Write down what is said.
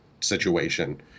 situation